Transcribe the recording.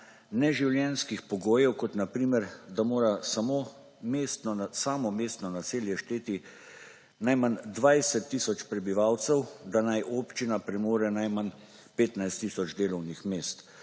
neživljenjskih pogojev, kot na primer, da mora samo mestno naselje šteti najmanj 20 tisoč prebivalcev, da naj občina premore najmanj 15 tisoč delovnih mest.